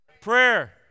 Prayer